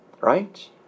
right